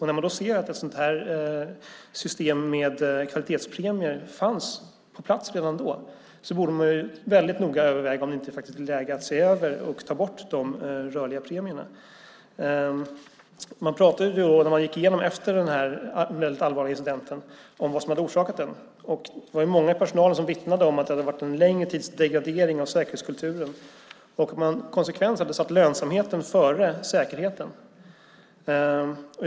När man då ser att ett sådant här system med kvalitetspremier fanns på plats redan då borde man väldigt noga överväga om det inte är läge att se över och ta bort de rörliga premierna. När man gick igenom efter den väldigt allvarliga incidenten vad som hade orsakat den var det många i personalen som vittnade om att det hade varit en längre tids degradering av säkerhetskulturen. Man hade konsekvent satt lönsamheten före säkerheten.